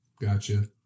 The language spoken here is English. Gotcha